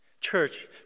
church